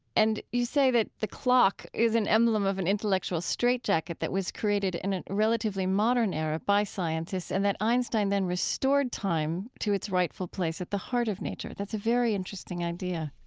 and you say that the clock is an emblem of an intellectual straitjacket that was created in a relatively modern era by scientists, and that einstein then restored time to its rightful place at the heart of nature. that's a very interesting idea